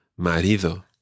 Marido